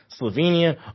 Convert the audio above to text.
Slovenia